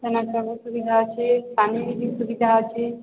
ସେନ ସବୁ ସୁବିଧା ଅଛି ପାନି ବି ସୁବିଧା ଅଛି